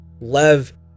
lev